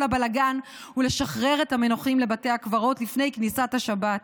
הבלגן ולשחרר את המנוחים לבתי הקברות לפני כניסת השבת.